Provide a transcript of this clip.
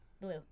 Blue